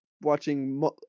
watching